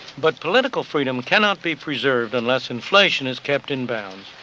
but political freedom cannot be preserved unless inflation is kept in bounds.